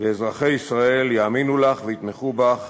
ואזרחי ישראל יאמינו לך ויתמכו בך